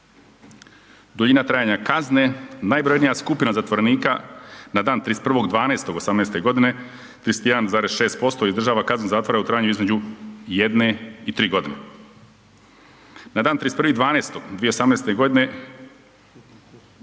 Duljina trajanje kazne, najbrojnija skupina zatvorenika na dan 31.12.2018. godine 31,6% izdržava kaznu zatvoru u trajanju između jedne i tri godine. Na dan 31.12.2018. godine